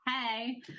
Hey